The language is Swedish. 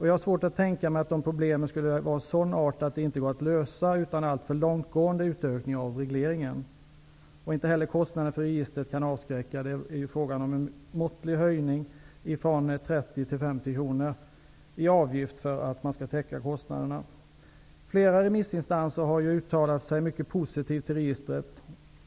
Jag har svårt att tänka mig att problemen skulle vara av sådan art att de inte går att lösa utan alltför långtgående utökning av regleringen. Inte heller kostnaden för registret kan avskräcka. Det är fråga om en måttlig höjning från 30 till 50 kronor i avgift för att man skall täcka kostnaderna. Flera remissinstanser har uttalat att de är mycket positiva till registret.